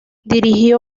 dirigió